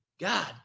God